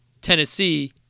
Tennessee